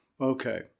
Okay